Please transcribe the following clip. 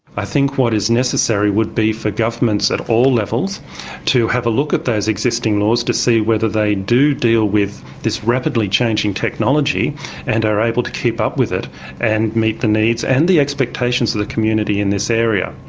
i think what is necessary would be for governments at all levels to have a look at those existing laws to see whether they do deal with this rapidly changing technology and are able to keep up with it and meet the needs and the expectations of the community in this area.